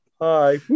hi